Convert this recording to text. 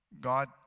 God